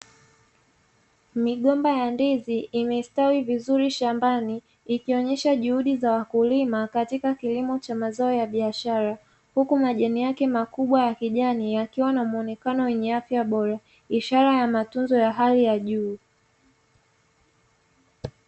Migomba ya ndizi imestawi vizuri shambani ikionyesha juhudi za wakulima katika kilimo cha mazao ya biashara, huku majani yake makubwa ya kijani yakiwa na mwonekano wa afya bora ishara ya matunzo ya hali ya juu.